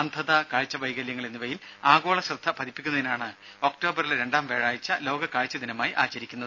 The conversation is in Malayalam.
അന്ധത കാഴ്ച വൈകല്യങ്ങൾ എന്നിവയിൽ ആഗോള ശ്രദ്ധ പതിപ്പിക്കുന്നതിനാണ് ഒക്ടോബറിലെ രണ്ടാം വ്യാഴാഴ്ച ലോക കാഴ്ച ദിനമായി ആചരിക്കുന്നത്